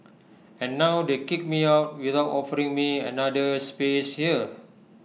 and now they kick me out without offering me another space here